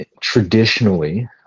traditionally